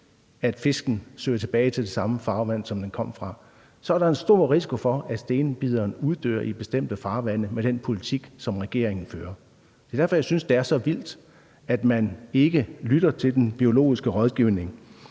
at fisken søger tilbage til det samme farvand, som den kom fra, så er der en stor risiko for, at stenbideren uddør i bestemte farvande, med den politik, som regeringen fører. Det er derfor, jeg synes, det er så vildt, at man ikke lytter til den biologiske rådgivning.